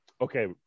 okay